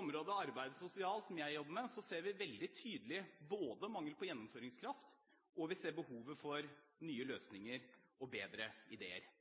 området arbeid og sosial – som jeg jobber med – ser vi veldig tydelig både mangel på gjennomføringskraft og behovet for nye løsninger og bedre ideer.